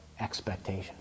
expectation